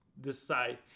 decide